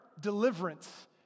deliverance